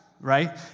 right